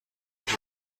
byo